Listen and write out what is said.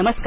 नमस्कार